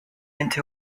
into